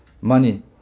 money